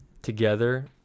together